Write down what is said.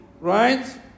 right